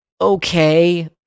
Okay